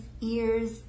ears